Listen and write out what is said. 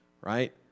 right